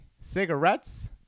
cigarettes